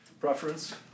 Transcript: preference